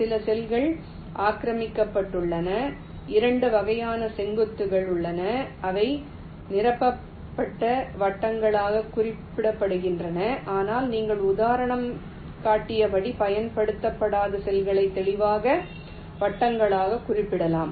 சில செல்கள் ஆக்கிரமிக்கப்பட்டுள்ள 2 வகையான செங்குத்துகள் உள்ளன அவை நிரப்பப்பட்ட வட்டங்களாக குறிப்பிடப்படுகின்றன ஆனால் நீங்கள் உதாரணம் காட்டியபடி பயன்படுத்தப்படாத செல்களை தெளிவான வட்டங்களாக குறிப்பிடலாம்